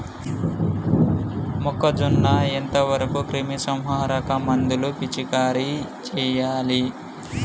మొక్కజొన్న ఎంత వరకు క్రిమిసంహారక మందులు పిచికారీ చేయాలి?